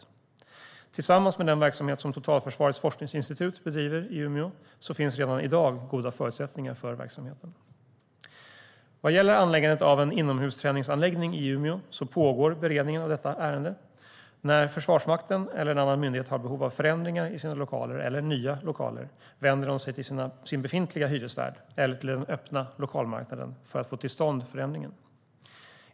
Detta, tillsammans med den verksamhet som Totalförsvarets forskningsinstitut bedriver i Umeå, gör att det redan i dag finns goda förutsättningar för verksamheten. Vad gäller anläggandet av en inomhusträningsanläggning i Umeå pågår beredningen av detta ärende. När Försvarsmakten eller en annan myndighet har behov av förändringar i sina lokaler eller nya lokaler vänder de sig till sin befintliga hyresvärd eller till den öppna lokalmarknaden för att få till stånd förändringen.